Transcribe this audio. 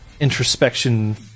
introspection